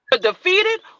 defeated